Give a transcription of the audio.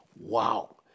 Wow